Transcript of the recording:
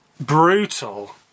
Brutal